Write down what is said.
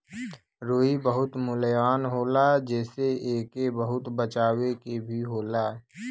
रुई बहुत मुलायम होला जेसे एके बहुते बचावे के भी होला